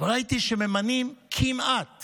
וראיתי שממנים כמעט